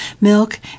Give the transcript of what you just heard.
milk